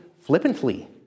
flippantly